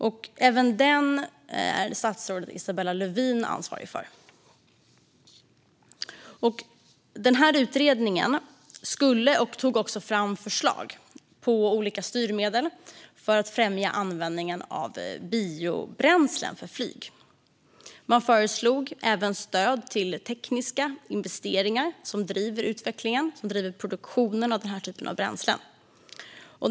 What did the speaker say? Även denna utredning är statsrådet Isabella Lövin ansvarig för. Utredningen skulle ta fram förslag på olika styrmedel för att främja användningen av biobränsle för flyg och gjorde också det. Den föreslog även stöd till tekniska investeringar som driver utvecklingen och driver produktionen av den här typen av bränslen.